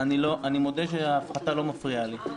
אני מודה שההפחתה לא מפריעה לי,